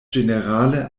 ĝenerale